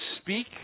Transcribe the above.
speak